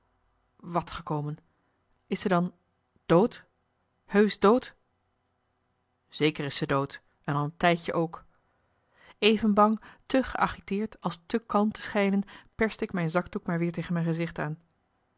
wat gekomen is ze dan dood heusch dood zeker is ze dood en al een tijdje ook even bang te geagiteerd als te kalm te schijnen perste ik mijn zakdoek maar weer tegen mijn gezicht aan